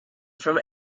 from